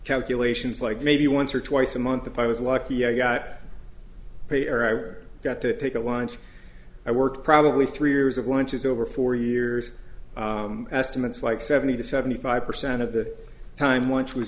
calculations like maybe once or twice a month the pi was lucky i got payer got to take a lunch i worked probably three years of lunches over four years estimates like seventy to seventy five percent of the time which was